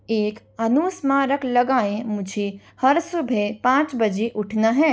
एक अनुस्मारक लगाएँ मुझे हर सुबह पाँच बजे उठना है